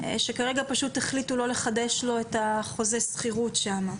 שכרגע החליטו פשוט לא לחדש לו את החוזה שכירות שם.